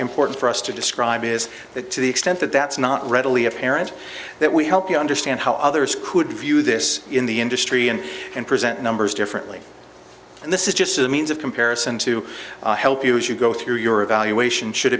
important for us to describe is that to the extent that that's not readily apparent that we help you understand how others could view this in the industry and and present numbers differently and this is just a means of comparison to help you as you go through your evaluation should